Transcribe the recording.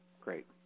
great